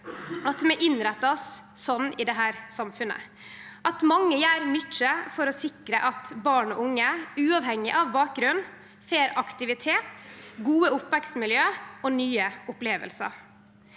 at vi innrettar oss slik i dette samfunnet – at mange gjer mykje for å sikre at barn og unge, uavhengig av bakgrunn, får aktivitet, gode oppvekstmiljø og nye opplevingar.